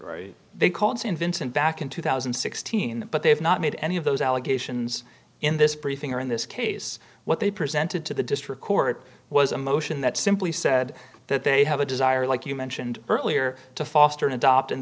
vince they called st vincent back in two thousand and sixteen but they have not made any of those allegations in this briefing or in this case what they presented to the district court was a motion that simply said that they have a desire like you mentioned earlier to foster and adopt and